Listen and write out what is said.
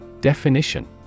Definition